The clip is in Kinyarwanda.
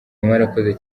mwarakoze